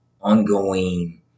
ongoing